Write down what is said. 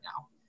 now